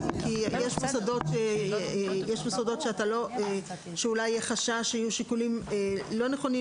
יש מוסדות שאולי יהיה חשש שיהיו שיקולים לא נכונים